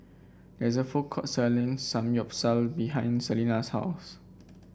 there is a food court selling Samgyeopsal behind Celina's house